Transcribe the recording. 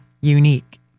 unique